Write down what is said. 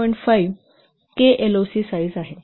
5 KLOC size आहे